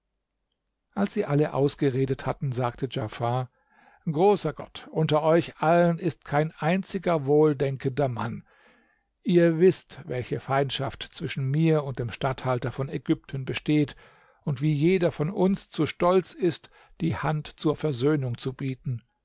als sie alle ausgeredet hatten sagte djafar großer gott unter euch allen ist kein einziger wohldenkender mann ihr wißt welche feindschaft zwischen mir und dem statthalter von ägypten besteht und wie jeder von uns zu stolz ist die hand zur versöhnung zu bieten